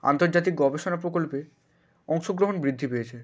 আন্তর্জাতিক গবেষণা প্রকল্পে অংশগ্রহণ বৃদ্ধি পেয়েছে